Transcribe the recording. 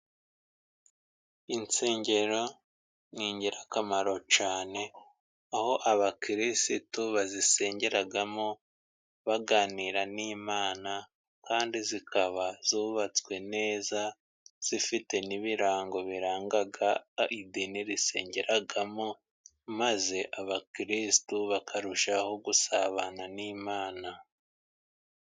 Insengero ni ingirakamaro cyane, aho abakirisitu bazisengeramo baganira n'Imana, kandi zikaba zubatswe neza, zifite n'ibirango biranga idini risengeramo, maze abakirikiristu bakarushaho gusabana n'Imana.